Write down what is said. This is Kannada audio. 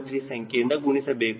3 ಸಂಖ್ಯೆಯಿಂದ ಗುಣಿಸಬೇಕು